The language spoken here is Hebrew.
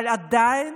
אבל עדיין,